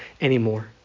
anymore